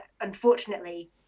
unfortunately